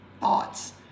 thoughts